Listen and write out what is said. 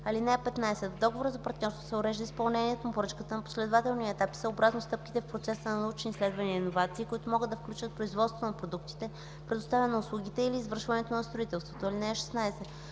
(15) В договора за партньорство се урежда изпълнението на поръчката на последователни етапи съобразно стъпките в процеса на научни изследвания и иновации, които могат да включват производството на продуктите, предоставянето на услугите или извършването на строителството. (16)